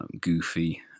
goofy